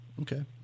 Okay